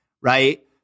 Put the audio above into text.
Right